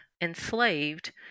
enslaved